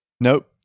Nope